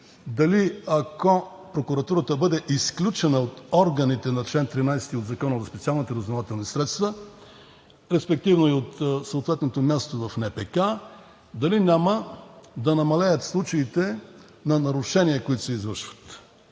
ако прокуратурата бъде изключена от органите на чл. 13 от Закона за специалните разузнавателни средства, респективно и от съответното място в НПК, дали няма да намалеят случаите на нарушения, които се извършват?